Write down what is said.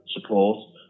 support